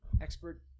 expert